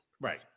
Right